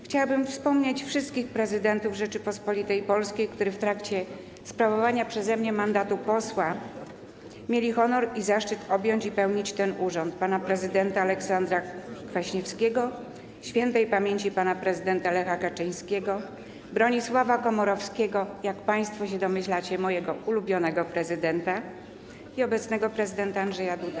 Chciałabym wspomnieć wszystkich prezydentów Rzeczypospolitej Polskiej, którzy w trakcie sprawowania przeze mnie mandatu posła mieli honor i zaszczyt objąć i pełnić ten urząd: pana prezydenta Aleksandra Kwaśniewskiego, śp. pana prezydenta Lecha Kaczyńskiego, Bronisława Komorowskiego, jak państwo się domyślacie, mojego ulubionego prezydenta, i obecnego prezydenta Andrzeja Dudę.